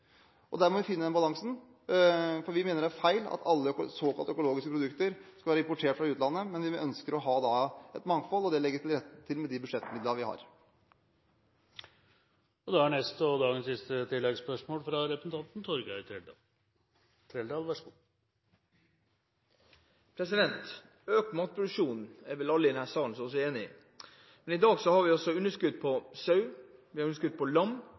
må vi finne den balansen. Vi mener det er feil at alle såkalte økologiske produkter skal være importert fra utlandet. Men vi ønsker å ha et mangfold, og det legger vi til rette for med de budsjettmidlene vi har. Torgeir Trældal – til dagens siste oppfølgingsspørsmål. Et mål om økt matproduksjon er vel alle i denne salen enige om. Men i dag har vi også underskudd på sauekjøtt. Vi har underskudd på